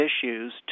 issues